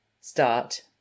start